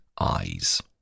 eyes